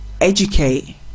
Educate